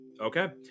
Okay